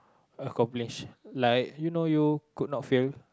accomplish like you know you could not fail